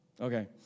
Okay